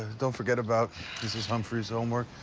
don't forget about mrs. humphrey's homework.